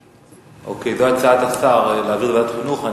אוקיי, זאת הצעת השר, להעביר לוועדת החינוך.